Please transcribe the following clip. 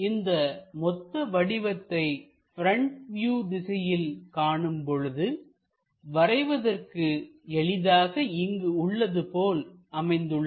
இந்த மொத்த வடிவத்தை ப்ரெண்ட் வியூ திசையில் காணும் பொழுது வரைவதற்கு எளிதாக இங்கு உள்ளது போல் அமைந்துள்ளது